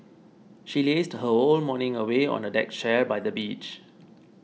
she lazed her whole morning away on a deck chair by the beach